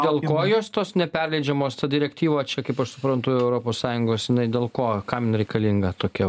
dėl ko jos tos neperleidžiamos ta direktyva čia kaip aš suprantu europos sąjungos jinai dėl ko kam jin reikalinga tokia